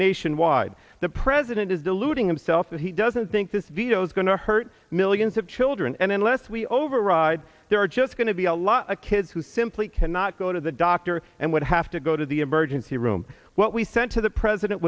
nationwide the president is deluding himself that he doesn't think this veto is going to hurt millions of children and unless we override there are just going to be a lot of kids who simply cannot go to the doctor and would have to go to the emergency room what we sent to the president